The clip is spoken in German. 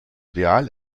real